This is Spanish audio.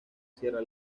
sierra